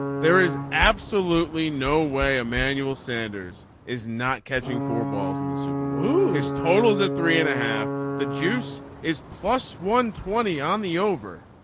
there is absolutely no way emmanuel sanders is not catching four balls in the super bowl. his totals are three and a half. the juice is plus one twenty on the over.